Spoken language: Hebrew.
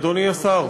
אדוני השר.